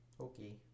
Okay